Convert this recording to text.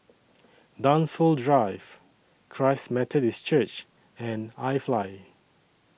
Dunsfold Drive Christ Methodist Church and IFly